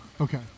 Okay